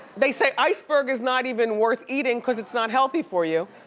they say iceberg is not even worth eating cause it's not healthy for you.